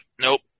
nope